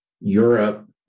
Europe